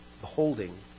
Beholding